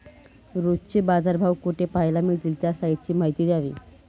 रोजचे बाजारभाव कोठे पहायला मिळतील? त्या साईटची माहिती द्यावी